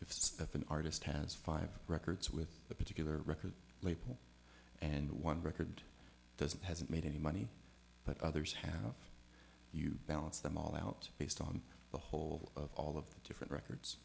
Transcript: stuff an artist has five records with a particular record label and one record doesn't hasn't made any money but others have you balance them all out based on the whole of all of the different records